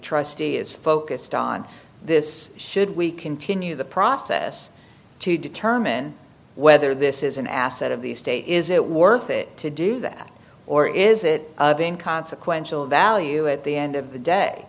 trustee is focused on this should we continue the process to determine whether this is an asset of the state is it worth it to do that or is it being consequential a value at the end of the day